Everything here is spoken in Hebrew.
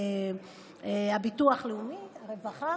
ומהביטוח הלאומי, מהרווחה,